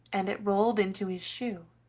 and it rolled into his shoe.